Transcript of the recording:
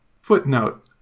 Footnote